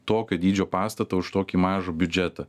tokio dydžio pastato už tokį mažą biudžetą